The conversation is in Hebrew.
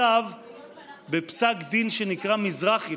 בפסק דין שנקרא מזרחי,